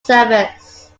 service